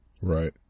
Right